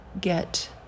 get